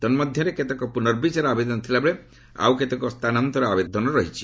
ତନ୍କଧ୍ୟରେ କେତେକ ପୁନର୍ବିଚାର ଆବେଦନ ଥିଲାବେଳେ ଆଉ କେତେକ ସ୍ଥାନାନ୍ତର ଆବେଦନ ରହିଛି